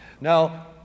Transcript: Now